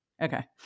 Okay